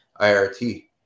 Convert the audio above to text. IRT